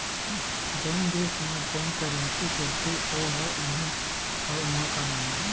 जउन देस म जउन करेंसी चलथे ओ ह उहीं ह उहाँ काम आही